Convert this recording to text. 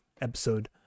Episode